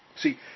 See